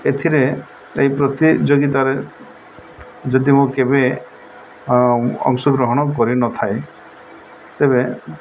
ଏଥିରେ ଏଇ ପ୍ରତିଯୋଗିତାରେ ଯଦି ମୁଁ କେବେ ଅଂଶଗ୍ରହଣ କରିନଥାଏ ତେବେ